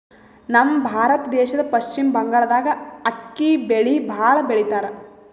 ನಮ್ ಭಾರತ ದೇಶದ್ದ್ ಪಶ್ಚಿಮ್ ಬಂಗಾಳ್ದಾಗ್ ಅಕ್ಕಿ ಬೆಳಿ ಭಾಳ್ ಬೆಳಿತಾರ್